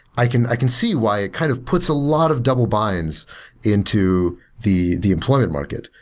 i can i can see why it kind of puts a lot of double buy-ins into the the employment market,